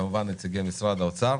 וכמובן נציגי משרד האוצר.